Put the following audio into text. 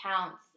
accounts